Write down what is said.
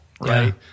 right